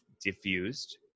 diffused